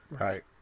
Right